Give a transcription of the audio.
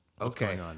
Okay